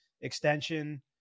extension